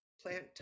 plant